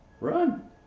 Run